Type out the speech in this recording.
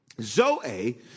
zoe